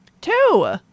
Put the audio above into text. Two